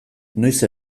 noiz